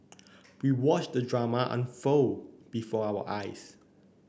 we watched the drama unfold before our eyes